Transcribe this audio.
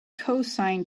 cosine